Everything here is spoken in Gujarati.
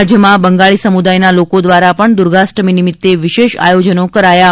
રાજ્યમાં બંગાળી સમુદાયના લોકો દ્વારા પણ દુર્ગાષ્ટમી નિમિત્તે વિશેષ આયોજનો કરાયા છે